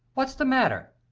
what's the matter?